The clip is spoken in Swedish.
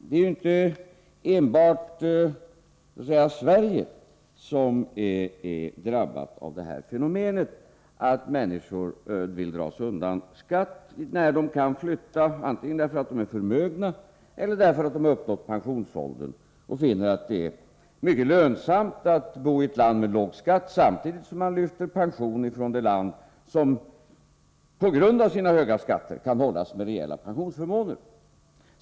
Det är alltså inte enbart Sverige som är drabbat av det här fenomenet att människor vill dra sig undan skatt när de kan flytta — antingen därför att de är förmögna eller därför att de har uppnått pensionsåldern och finner att det är mycket lönsamt att bo i ett land med låg skatt samtidigt som man lyfter pension från det land som på grund av sina höga skatter kan ge rejäla pensionsförmåner.